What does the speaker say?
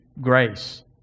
Grace